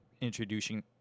introducing